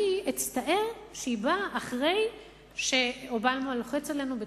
אני אצטער שהיא באה אחרי שאובמה לוחץ עלינו בתוכנית,